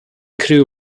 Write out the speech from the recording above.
crew